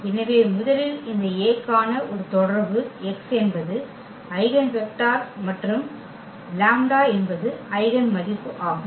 எனவே முதலில் இந்த A க்கான ஒரு தொடர்பு x என்பது ஐகென் வெக்டர் மற்றும் λ என்பது ஐகென் மதிப்பு ஆகும்